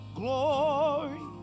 glory